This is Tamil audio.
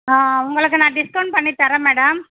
ஆ உங்களுக்கு நான் டிஸ்கௌண்ட் பண்ணி தர்றேன் மேடம்